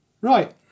Right